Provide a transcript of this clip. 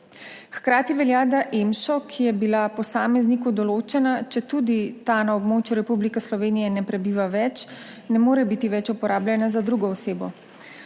Hkrati velja, da EMŠO, ki je bil določen posamezniku, četudi ta na območju Republike Slovenije ne prebiva več, ne more biti več uporabljen za drugo osebo.